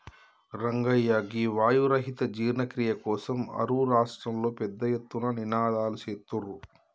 రంగయ్య గీ వాయు రహిత జీర్ణ క్రియ కోసం అరువు రాష్ట్రంలో పెద్ద ఎత్తున నినాదలు సేత్తుర్రు